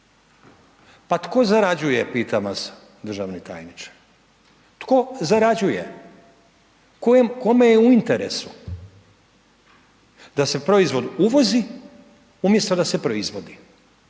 Pa tko zarađuje pitam vas državni tajniče? Tko zarađuje? Koje je u interesu da se proizvod uvozi umjesto da se proizvodi,